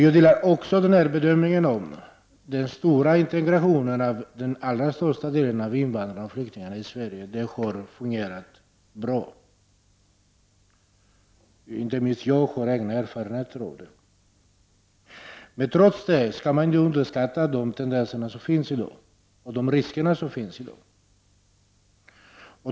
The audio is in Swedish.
Jag delar även bedömningen att integrationen av den allra största delen av invandrare och flyktingar i Sverige har fungerat bra. Inte minst har jag egna erfarenheter av det. Trots det skall man inte underskatta de tendenser och risker som finns i dag.